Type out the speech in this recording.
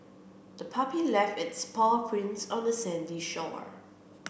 the puppy left its paw prints on the sandy shore